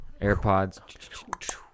AirPods